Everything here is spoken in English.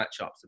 matchups